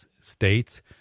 states